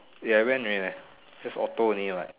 ya I went already leh just auto only what